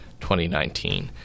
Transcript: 2019